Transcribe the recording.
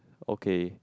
okay